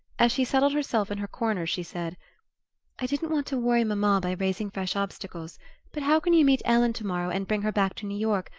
as she settled herself in her corner she said i didn't want to worry mamma by raising fresh obstacles but how can you meet ellen tomorrow, and bring her back to new york,